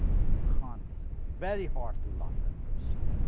you can't very hard to love that person.